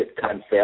concept